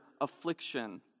affliction